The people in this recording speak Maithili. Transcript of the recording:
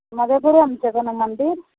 मधेपुरोमे छै कोनो मन्दिर